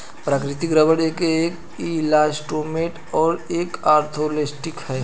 प्राकृतिक रबर एक इलास्टोमेर और एक थर्मोप्लास्टिक है